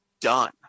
done